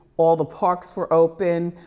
all the parks were open.